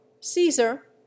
Caesar